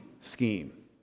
scheme